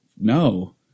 no